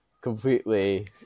completely